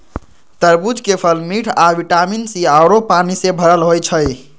तरबूज के फल मिठ आ विटामिन सी आउरो पानी से भरल होई छई